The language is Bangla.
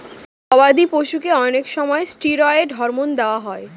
গবাদি পশুদেরকে অনেক সময় ষ্টিরয়েড হরমোন দেওয়া হয়